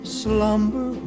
slumber